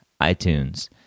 iTunes